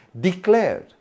declared